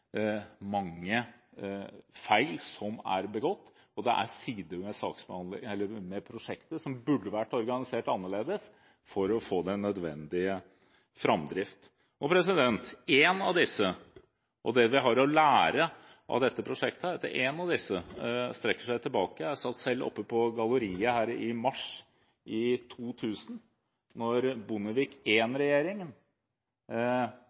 det er sider ved prosjektet som burde vært organisert annerledes for å få den nødvendige framdrift. En av disse – og det vi har å lære av dette prosjektet – strekker seg tilbake til da jeg selv satt oppe på galleriet her i mars 2000 da debatten var om Bondevik